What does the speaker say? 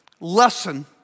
lesson